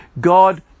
God